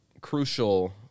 crucial